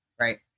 right